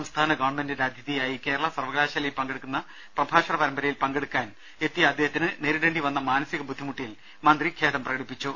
സംസ്ഥാന ഗവൺമെന്റിന്റെ അതിഥിയായി കേരള സർവകലാശാലയിൽ നടക്കുന്ന പ്രഭാഷണ പരമ്പരയിൽ പങ്കെടുക്കാൻ എത്തിയ അദ്ദേഹത്തിന് നേരിടേണ്ടി വന്ന മാനസിക ബുദ്ധിമുട്ടിൽ മന്ത്രി ഖേദം പ്രകടിപ്പിച്ചു